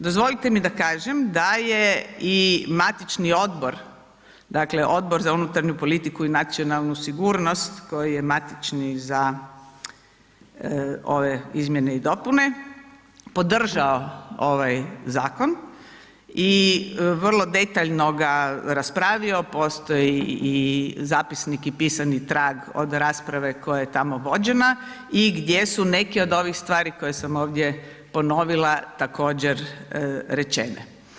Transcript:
Dozvolite mi da kažem da je i matični odbor, dakle Odbor za unutarnju politiku i nacionalnu sigurnost koji je matični za ove izmjene i dopune, podržao ovaj zakon i vrlo detaljno ga raspravio, postoji i zapisnik i pisani trag od rasprave koja je tamo vođena i gdje su neki od ovih stvari koje sam ovdje ponovila također rečene.